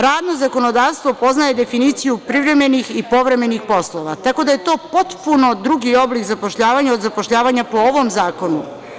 Radno zakonodavstvo poznaje definiciju privremenih i povremenih poslova, tako da je to potpuno drugi oblik zapošljavanja od zapošljavanja po ovom zakonu.